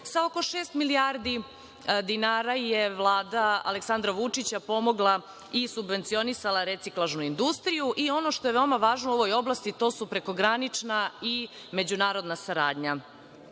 Sa oko šest milijardi dinara je Vlada Aleksandra Vučića pomogla i subvencionisala reciklažnu industriju. Ono što je veoma važno u ovoj oblasti, to su prekogranična i međunarodna saradnja. Što